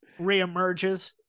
reemerges